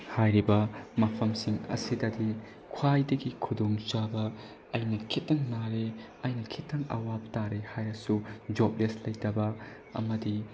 ꯍꯥꯏꯔꯤꯕ ꯃꯐꯝꯁꯤꯡ ꯑꯁꯤꯗꯒꯤ ꯈ꯭ꯋꯥꯏꯗꯒꯤ ꯈꯨꯗꯣꯡ ꯆꯥꯕ ꯑꯩꯅ ꯈꯤꯇꯪ ꯅꯥꯔꯦ ꯑꯩꯅ ꯈꯤꯇꯪ ꯑꯋꯥꯕ ꯇꯥꯔꯦ ꯍꯥꯏꯔꯁꯨ ꯖꯣꯕꯂꯦꯁ ꯂꯩꯇꯕ ꯑꯃꯗꯤ